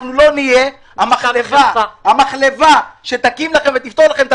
אנחנו לא נהיה המחלבה שתפתור לכם את